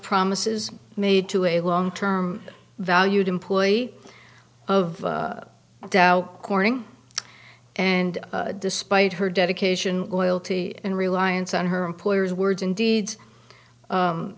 promises made to a long term valued employee of dow corning and despite her dedication loyalty and reliance on her employers words and deed